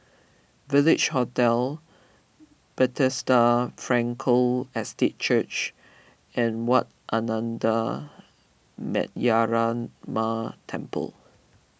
Village Hotel Bethesda Frankel Estate Church and Wat Ananda Metyarama Temple